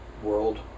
world